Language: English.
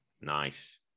nice